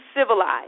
civilized